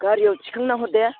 गारियाव थिखांना हर दे